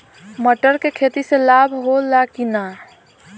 मटर के खेती से लाभ होला कि न?